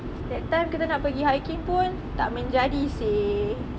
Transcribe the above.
that time kita nak gi hiking pun tak menjadi seh